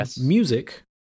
music